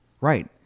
Right